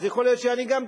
יכול להיות שאני גם,